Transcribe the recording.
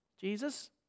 Jesus